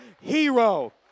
hero